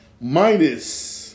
Minus